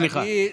סליחה.